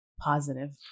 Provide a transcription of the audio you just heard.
positive